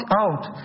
out